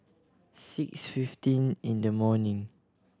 six fifteen in the morning